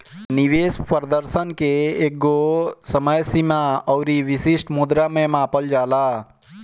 निवेश प्रदर्शन के एकगो समय सीमा अउरी विशिष्ट मुद्रा में मापल जाला